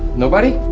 nobody?